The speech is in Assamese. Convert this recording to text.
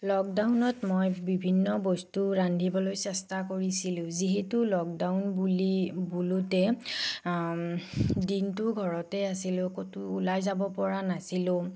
লকডাউনত মই বিভিন্ন বস্তু ৰান্ধিবলৈ চেষ্টা কৰিছিলোঁ যিহেতু লকডাউন বুলি বোলোতে দিনটো ঘৰতে আছিলোঁ ক'তো ওলাই যাবপৰা নাছিলোঁ